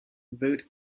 vote